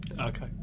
okay